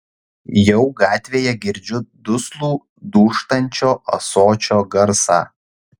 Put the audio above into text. jau gatvėje girdžiu duslų dūžtančio ąsočio garsą